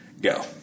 go